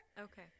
Okay